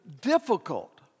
difficult